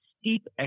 steep